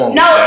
no